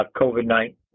COVID-19